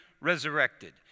resurrected